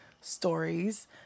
Stories